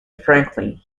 franklin